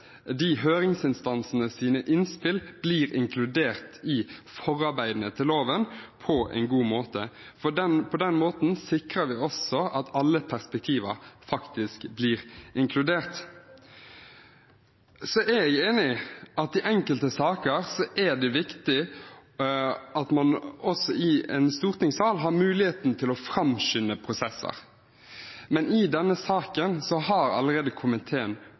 blir inkludert i forarbeidene til loven på en god måte. På den måten sikrer vi også at alle perspektiver faktisk blir inkludert. Så er jeg enig i at i enkelte saker er det viktig at man også i en stortingssal har muligheten til å framskynde prosesser. Men i denne saken har allerede komiteen